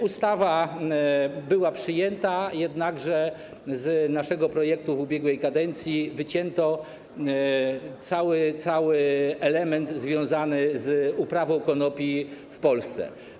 Ustawa została przyjęta, jednakże z naszego projektu w ubiegłej kadencji wycięto cały fragment związany z uprawą konopi w Polsce.